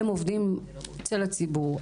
הם עובדים אצל הציבור,